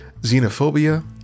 xenophobia